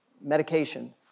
medication